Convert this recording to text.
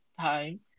time